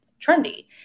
trendy